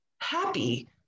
happy